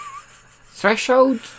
Threshold